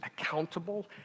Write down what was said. accountable